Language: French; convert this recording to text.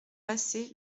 passé